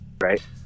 right